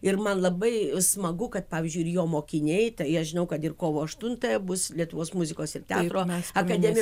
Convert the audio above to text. ir man labai smagu kad pavyzdžiui ir jo mokiniai tai aš žinau kad ir kovo aštutąją bus lietuvos muzikos ir teatro akademijoj